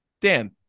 Dan